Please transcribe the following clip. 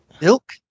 Milk